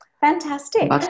Fantastic